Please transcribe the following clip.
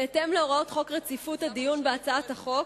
בהתאם להוראות חוק רציפות הדיון בהצעות חוק,